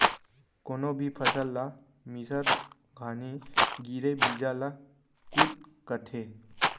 कोनो भी फसल ला मिसत घानी गिरे बीजा ल कुत कथें